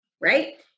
right